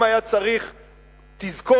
אם היה צריך תזכורת,